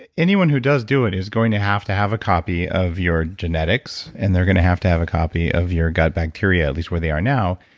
anyone who does do it is going to have to have a copy of your genetics, and they're going to have to have a copy of your gut bacteria at least where they are now.